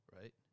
Right